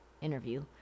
interview